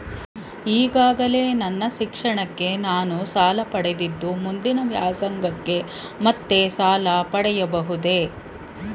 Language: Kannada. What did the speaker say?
ಈಗಾಗಲೇ ನನ್ನ ಶಿಕ್ಷಣಕ್ಕೆ ನಾನು ಸಾಲ ಪಡೆದಿದ್ದು ಮುಂದಿನ ವ್ಯಾಸಂಗಕ್ಕೆ ಮತ್ತೆ ಸಾಲ ಪಡೆಯಬಹುದೇ?